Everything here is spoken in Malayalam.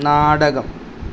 നാടകം